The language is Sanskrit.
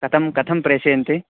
कथं कथं प्रेषयन्ति